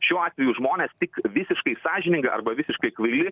šiuo atveju žmonės tik visiškai sąžiningi arba visiškai kvaili